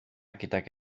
gydag